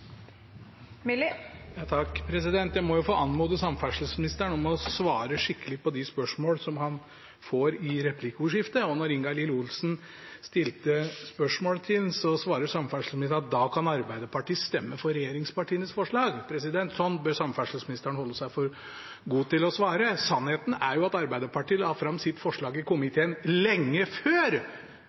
han får i replikkordskiftet. Da Ingalill Olsen stilte spørsmål til ham, svarte samferdselsministeren at Arbeiderpartiet kan stemme for regjeringspartienes forslag. Slik bør samferdselsministeren holde seg for god til å svare. Sannheten er jo at Arbeiderpartiet la fram sitt forslag i komiteen lenge før